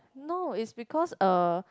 no is because uh